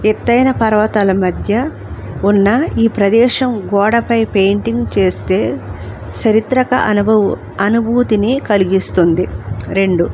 ఎత్తైన పర్వతాల మధ్య ఉన్న ఈ ప్రదేశం గోడపై పెయింటింగ్ చేస్తే చారిత్రిక అనుభ అనుభూతిని కలిగిస్తుంది రెండు